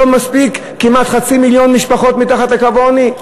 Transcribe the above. לא מספיק כמעט חצי מיליון משפחות מתחת לקו העוני?